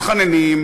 מתחננים,